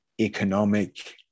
economic